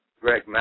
Greg